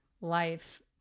life